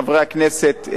חברי הכנסת,